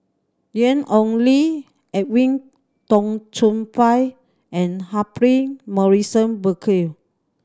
Ian Ong Li Edwin Tong Chun Fai and Humphrey Morrison Burkill